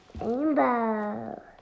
Rainbow